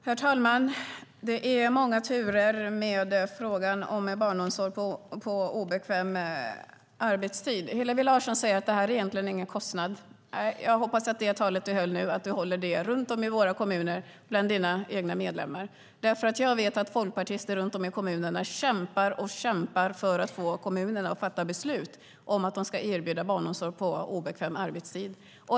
Herr talman! Det är många turer med frågan om barnomsorg på obekväm arbetstid. Hillevi Larsson säger att det här egentligen inte är någon kostnad. Jag hoppas att du håller det tal du höll nyss runt om i våra kommuner bland ditt eget partis medlemmar. Jag vet att folkpartister runt om i kommunerna kämpar och kämpar för att få kommuner att fatta beslut om att de ska erbjuda barnomsorg på obekväm arbetstid.